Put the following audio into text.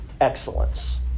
excellence